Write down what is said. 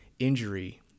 injury